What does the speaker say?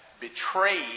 betrayed